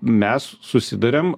mes susiduriam